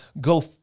go